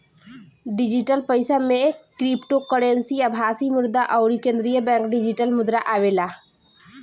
digital पईसा में cryptocurrency, आभासी मुद्रा अउरी केंद्रीय बैंक डिजिटल मुद्रा आवेला